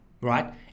right